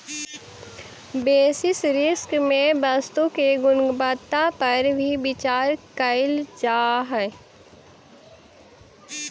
basis risk में वस्तु के गुणवत्ता पर भी विचार कईल जा हई